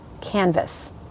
canvas